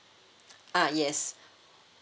ah yes